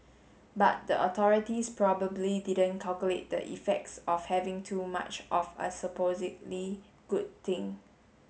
but the authorities probably didn't calculate the effects of having too much of a supposedly good thing